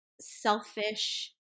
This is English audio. selfish